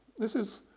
this is